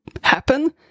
happen